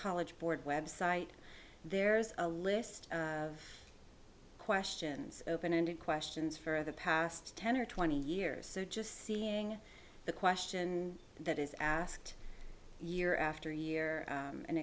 college board website there's a list of questions open ended questions for the past ten or twenty years just seeing the question that is asked year after year